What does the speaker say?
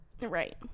Right